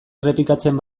errepikatzen